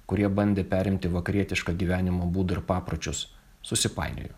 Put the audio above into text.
kurie bandė perimti vakarietišką gyvenimo būdą ir papročius susipainiojo